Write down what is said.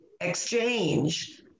exchange